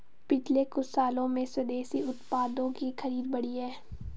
पिछले कुछ सालों में स्वदेशी उत्पादों की खरीद बढ़ी है